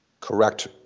Correct